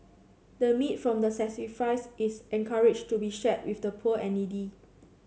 the meat from the sacrifice is encouraged to be shared with the poor and needy